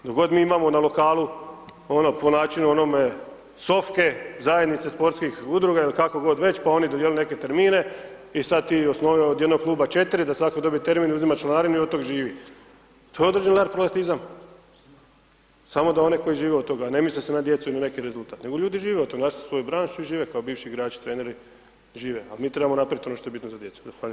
Dok god mi imamo na lokalnu po načinu onome sofke, zajednice sportskih udruga ili kako god već, pa oni dodijelili neke termine i sad ti osnuj od jednog kluba četiri, da svatko dobije termin, uzima članarinu i od tog živi, to je određeni… [[Govornik se ne razumije]] , samo da one koji žive od toga, ne misli se na djecu i na neki rezultat, nego ljudi žive od toga, našli su svoju branšu i žive kao bivši igrači, treneri, žive, al mi trebamo napraviti ono što je bitno za djecu.